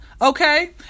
okay